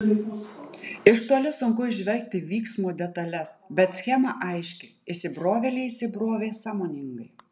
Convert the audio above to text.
iš toli sunku įžvelgti vyksmo detales bet schema aiški įsibrovėliai įsibrovė sąmoningai